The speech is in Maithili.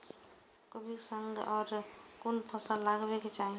कोबी कै संग और कुन फसल लगावे किसान?